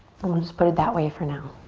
and we'll just put it that way for now.